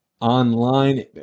online